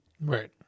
Right